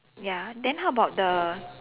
ya then how about the